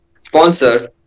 sponsor